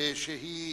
שהיא